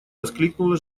воскликнула